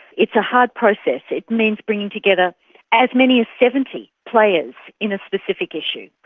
it's a hard process. it means bringing together as many as seventy players in a specific issue.